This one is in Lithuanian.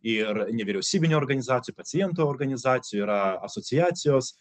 ir nevyriausybinių organizacijų pacientų organizacijų yra asociacijos